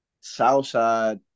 Southside